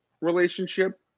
relationship